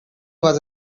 was